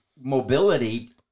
mobility